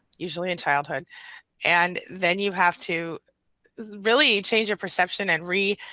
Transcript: usually in childhood and then you have to really change your perception and re.